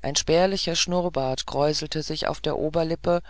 ein spärlicher schnurrbart kräuselte sich auf der oberlippe